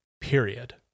period